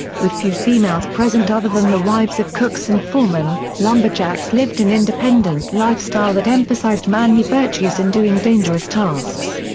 with few females present other than the wives of cooks and foremen, lumberjacks lived an independent life style that emphasized manly virtues in doing dangerous tasks.